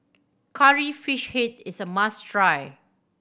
Curry Fish Head is a must try